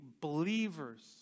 believers